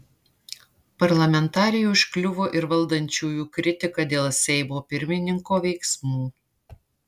parlamentarei užkliuvo ir valdančiųjų kritika dėl seimo pirmininko veiksmų